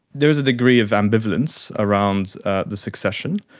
there is a degree of ambivalence around the succession.